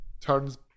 turns